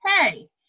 hey